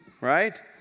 right